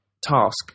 task